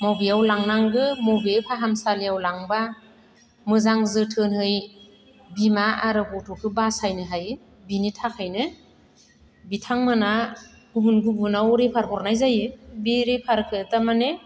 मबेयाव लांनांगो मबे फाहामसालियाव लांब्ला मोजां जोथोनै बिमा आरो गथ'खो बासायनो हायो बिनि थाखायनो बिथांमोना गुबुन गुबुनाव रेफार हरनाय जायो बे रेफारखो थारमाने